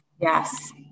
Yes